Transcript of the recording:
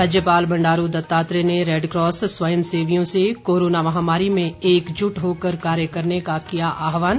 राज्यपाल बंडारू दत्तात्रेय ने रेडक्रॉस स्वयंसेवियों से कोरोना महामारी में एकजुट होकर कार्य करने का किया आह्वान